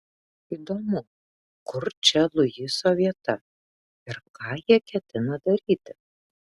įdomu kur čia luiso vieta ir ką jie ketina daryti